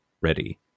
ready